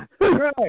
Right